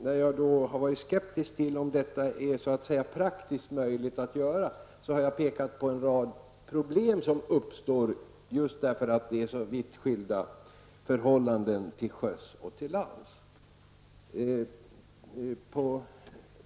När jag har varit skeptisk till om detta är praktiskt möjligt att göra har jag pekat på en rad problem som uppstår just därför att det är så vitt skilda förhållanden till sjöss och till lands.